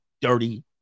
dirty